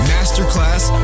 Masterclass